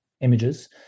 images